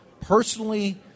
personally